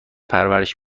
پرورش